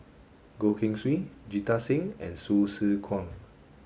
Goh Keng Swee Jita Singh and Hsu Tse Kwang